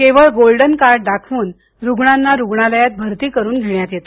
केवळ golden card दाखवून रुग्णांना रुग्णालयात भरती करून घेण्यात येते